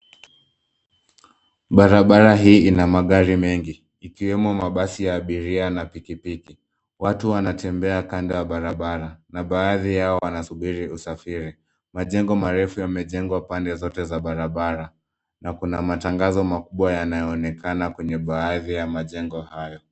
Barabara hii ina magari mengi, ikiwemo mabasi ya abiria na pikipiki. Watu wanatembea kando ya barabara na baadhi yao wanasubiri usafiri. Majengo marefu yamejengwa pande zote za barabara na kuna matangazo makubwa yanayoonekana kwenye baadhi ya majengo hayo.